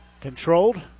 controlled